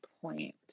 point